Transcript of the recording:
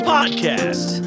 Podcast